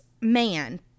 man